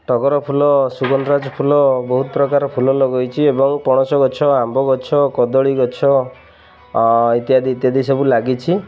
ଟଗର ଫୁଲ ସୁଗନ୍ଧରାଜ ଫୁଲ ବହୁତ ପ୍ରକାର ଫୁଲ ଲଗାଇଛି ଏବଂ ପଣସ ଗଛ ଆମ୍ବ ଗଛ କଦଳୀ ଗଛ ଇତ୍ୟାଦି ଇତ୍ୟାଦି ସବୁ ଲାଗିଛି